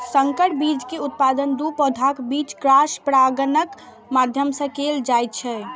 संकर बीज के उत्पादन दू पौधाक बीच क्रॉस परागणक माध्यम सं कैल जाइ छै